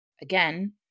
again